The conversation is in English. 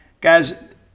Guys